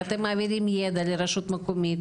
ואתם מעבירים ידע לנציג של רשות מקומית,